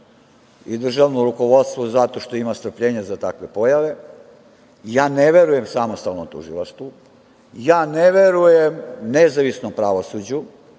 u državno rukovodstvo zato što ima strpljenja za takve pojave. Ja ne verujem samostalnom tužilaštvu, ja ne verujem nezavisnom pravosuđu,